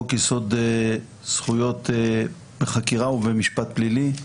חוק יסוד זכויות בחקירה ובמשפט פלילי,